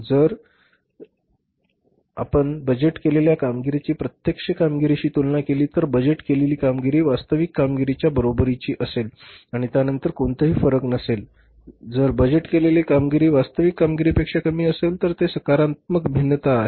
तर जेव्हा आपण बजेट केलेल्या कामगिरीची प्रत्यक्ष कामगिरीशी तुलना केली तर जर बजेट केलेली कामगिरी वास्तविक कामगिरीच्या बरोबरीची असेल आणि त्यानंतर कोणताही फरक नसेल तर जर बजेट केलेले कामगिरी वास्तविक कामगिरीपेक्षा कमी असेल तर ते सकारात्मक भिन्नता आहे